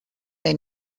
they